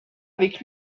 avec